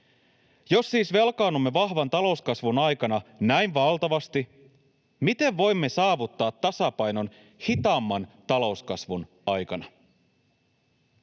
Jos siis velkaannumme vahvan talouskasvun aikana näin valtavasti, miten voimme saavuttaa tasapainon hitaamman talouskasvun aikana?